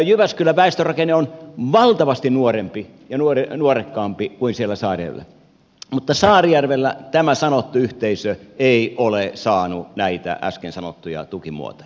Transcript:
jyväskylän väestörakenne on valtavasti nuorempi ja nuorekkaampi kuin siellä saarijärvellä mutta saarijärvellä tämä sanottu yhteisö ei ole saanut näitä äsken sanottuja tukimuotoja